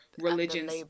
religions